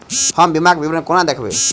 हम बीमाक विवरण कोना देखबै?